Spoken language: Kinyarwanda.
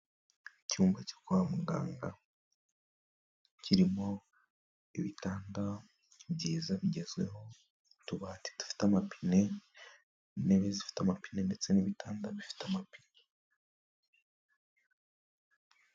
Icyumba cyo kwa muganga, kirimo ibitanda byiza bigezweho, utubati dufite amapine, ntebe zifite amapine, ndetse n'ibitanda bifite amapine.